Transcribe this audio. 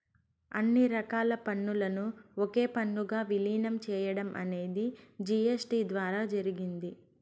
అన్ని రకాల పన్నులను ఒకే పన్నుగా విలీనం చేయడం అనేది జీ.ఎస్.టీ ద్వారా జరిగింది